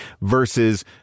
versus